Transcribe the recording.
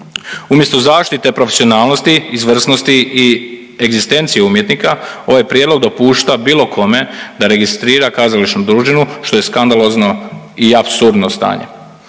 Umjesto zaštite profesionalnosti, izvrsnosti i egzistencije umjetnika ovaj prijedlog dopušta bilo kome da registrira kazališnu družinu što je skandalozno i apsurdno stanje.